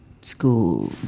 school